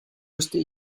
musste